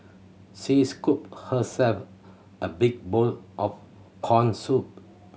she scooped herself a big bowl of corn soup